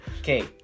Okay